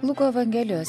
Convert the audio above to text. luko evangelijos